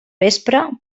vespre